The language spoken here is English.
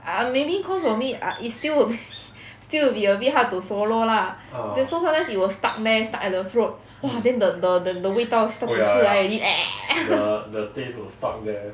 um maybe cause for me ah is still a bit still will be a bit hard to swallow lah then so sometimes it will stuck there stuck at the throat !wah! then the the the 味道 still 跑出来 already